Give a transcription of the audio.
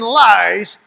lies